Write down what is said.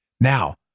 Now